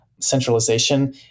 centralization